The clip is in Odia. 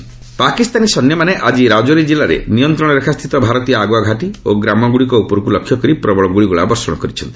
ପାକ୍ ଫାୟାରିଂ ପାକିସ୍ତାନୀ ସୈନ୍ୟମାନେ ଆଜି ରାଜୌରୀ ଜିଲ୍ଲାରେ ନିୟନ୍ତ୍ରଣରେଖାସ୍ଥିତ ଭାରତୀୟ ଆଗୁଆ ଘାଟି ଓ ଗ୍ରାମଗୁଡ଼ିକୁ ଲକ୍ଷ୍ୟ କରି ପ୍ରବଳ ଗୁଳିଗୋଳା ବର୍ଷଣ କରିଛନ୍ତି